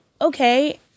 okay